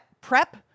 prep